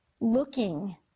looking